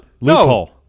Loophole